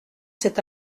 cet